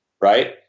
Right